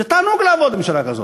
זה תענוג לעבוד בממשלה כזאת.